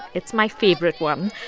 it's my favorite one.